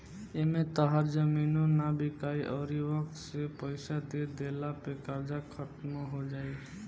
एमें तहार जमीनो ना बिकाइ अउरी वक्त से पइसा दे दिला पे कर्जा खात्मो हो जाई